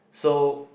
so